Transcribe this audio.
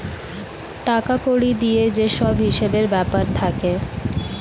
টাকা কড়ি দিয়ে যে সব হিসেবের ব্যাপার থাকে